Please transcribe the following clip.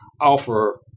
offer